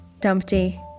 Dumpty